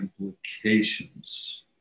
implications